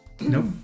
Nope